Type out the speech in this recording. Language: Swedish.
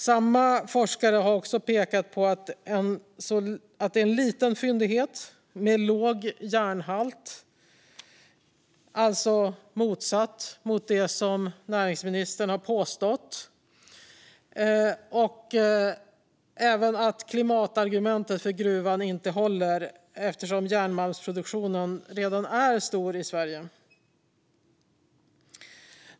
Samma forskare har också pekat på att det är en liten fyndighet med låg järnhalt, det vill säga motsatsen till det som näringsministern påstått, samt att inte heller klimatargumentet för gruvan håller, eftersom järnmalmsproduktionen redan är stor i Sverige.